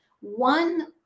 One